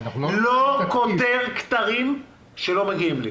לא כותר כתרים שלא מגיעים לי.